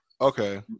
okay